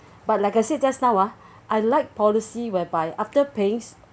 but like I said just now ah I like policy whereby after pays